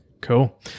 Cool